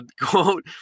Quote